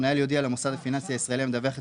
המנהל יודיע למוסד הפיננסי הישראלי המדווח את